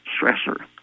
stressor